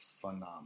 phenomenal